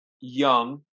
young